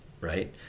right